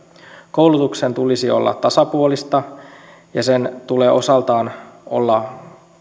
koulutuksen tulisi olla tasapuolista ja sen tulee osaltaan olla